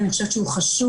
אני חושבת שהוא חשוב,